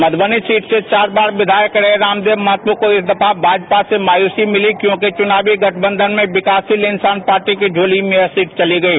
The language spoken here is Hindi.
मधुबनी सीट से चार बार के विधायक रहे रामदेव महतो को इस दफा भाजपा से मायूसी मिली क्योंकि चुनावी गठबंधन में विकासशील इंसान पार्टी की झोली में यह सीट चली गयी